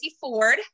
Ford